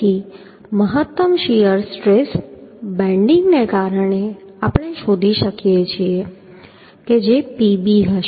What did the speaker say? તેથી મહત્તમ shear stress બેન્ડિંગને કારણે આપણે શોધી શકીએ છીએ કે જે Pb હશે